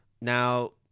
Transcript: Now